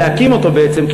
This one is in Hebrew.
ולהקים אותו בעצם,